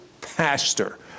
pastor